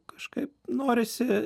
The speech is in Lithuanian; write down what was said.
kažkaip norisi